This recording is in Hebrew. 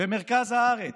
במרכז הארץ,